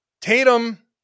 Tatum